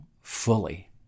fully